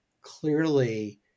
clearly